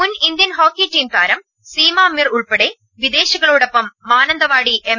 മുൻ Indian hockey team താരം സീമ മീർ ഉൾപ്പെടെ വിദേശികളോടൊപ്പം മാനന്തവാടി എം